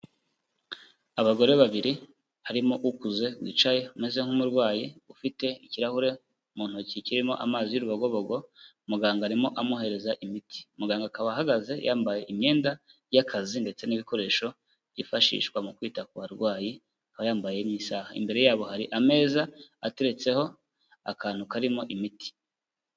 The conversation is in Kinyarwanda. Abagore babiri harimo ukuze wicaye umeze nk'umurwayi, ufite ikirahure mu ntoki kirimo amazi y'urubogobogo, muganga arimo amuhereza imiti. Muganga akaba ahagaze yambaye imyenda y'akazi ndetse n'ibikoresho byifashishwa mu kwita ku barwayi, akaba yambaye n'isaha. Imbere yabo hari ameza ateretseho akantu karimo imiti.